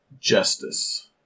justice